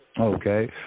okay